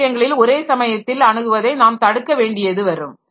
சில விஷயங்களில் ஒரே சமயத்தில் அணுகுவதை நாம் தடுக்க வேண்டியது வரும்